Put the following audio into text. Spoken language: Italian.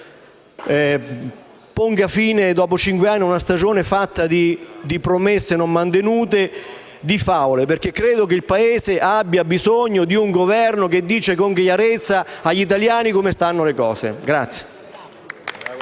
ponga fine, dopo cinque anni, a una stagione fatta di promesse non mantenute e di favole, perché il Paese ha bisogno di un Governo che dica con chiarezza agli italiani come stanno le cose.